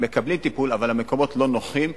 הם מקבלים טיפול, אבל המקומות לא נוחים.